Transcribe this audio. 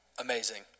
Amazing